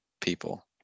people